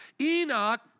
Enoch